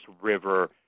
river